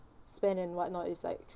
spend and whatnot is like